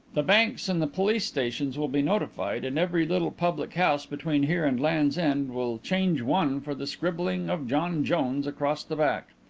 the banks and the police stations will be notified and every little public-house between here and land's end will change one for the scribbling of john jones across the back.